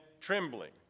trembling